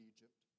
Egypt